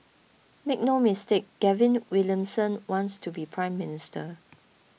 make no mistake Gavin Williamson wants to be Prime Minister